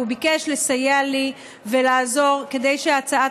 והוא ביקש לסייע לי ולעזור כדי שהצעת